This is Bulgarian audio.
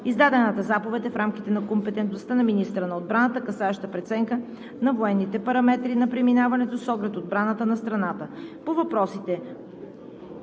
Издадената заповед е в рамките на компетентността на министъра на отбраната, касаеща преценка на военните параметри на преминаването с оглед отбраната на страната.